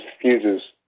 fuses